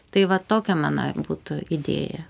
tai vat tokia mano būtų idėja